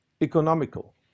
economical